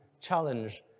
challenge